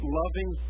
loving